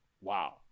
wow